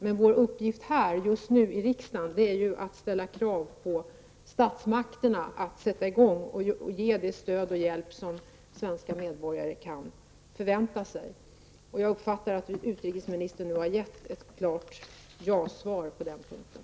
Men vår uppgift här i riksdagen just nu är att ställa krav på att statsmakterna sätter i gång och ger det stöd och den hjälp som svenska medborgare kan förvänta sig. Jag uppfattar det så att utrikesministern nu har gett ett klart och postivt besked på den punkten.